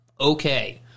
okay